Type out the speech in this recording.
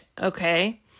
okay